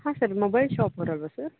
ಹಾಂ sir mobile ಶಾಪವ್ರು ಅಲ್ಲವ ಸರ್